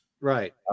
Right